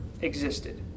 existed